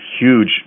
huge